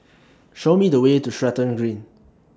Show Me The Way to Stratton Green